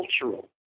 cultural